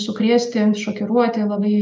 sukrėsti šokiruoti labai